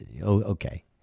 okay